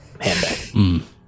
Handbag